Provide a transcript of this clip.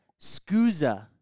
Scusa